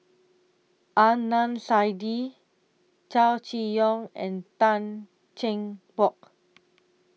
Adnan Saidi Chow Chee Yong and Tan Cheng Bock